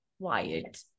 quiet